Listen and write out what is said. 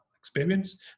experience